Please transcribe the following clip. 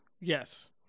Yes